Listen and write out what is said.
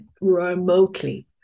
remotely